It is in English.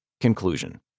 Conclusion